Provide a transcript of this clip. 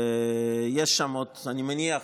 אני מניח,